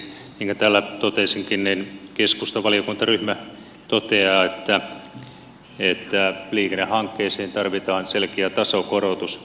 kuten täällä totesinkin keskustan valiokuntaryhmä toteaa että liikennehankkeisiin tarvitaan selkeä tasokorotus